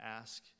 ask